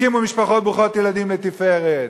הקימו משפחות ברוכות ילדים לתפארת.